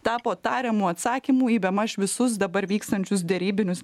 tapo tariamų atsakymų į bemaž visus dabar vykstančius derybinius